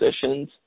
positions